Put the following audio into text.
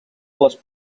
les